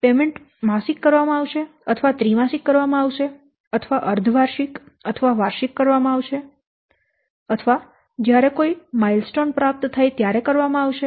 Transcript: ચુકવણી માસિક કરવામાં આવશે અથવા ત્રિમાસિક કરવામાં આવશે અથવા અર્ધ વાર્ષિક અથવા વાર્ષિક કરવામાં આવશે અથવા જ્યારે કોઈ માઈલસ્ટોન પ્રાપ્ત થાય ત્યારે કરવામાં આવશે